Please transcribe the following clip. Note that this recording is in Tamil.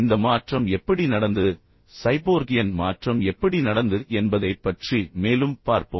இந்த மாற்றம் எப்படி நடந்தது சைபோர்கியன் மாற்றம் எப்படி நடந்தது என்பதைப் பற்றி மேலும் பார்ப்போம்